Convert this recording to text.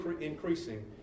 increasing